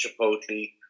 chipotle